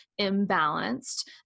imbalanced